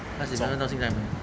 开始到现在 mah